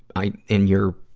i, in your